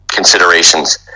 considerations